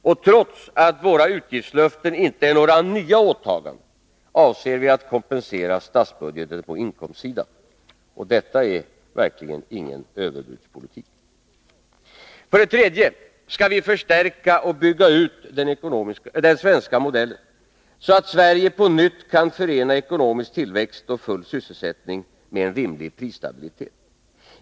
Och trots att våra utgiftslöften inte är några nya åtaganden avser vi att kompensera statsbud geten på inkomstsidan. Detta är verkligen ingen överbudspolitik. För det tredje skall vi förstärka och bygga ut den svenska modellen, så att Sverige på nytt kan förena ekonomisk tillväxt och full sysselsättning med en rimlig prisstabilitet.